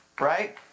Right